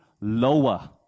lower